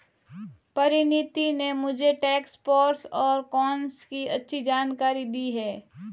परिनीति ने मुझे tax pros और कोन्स की अच्छी जानकारी दी है